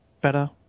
better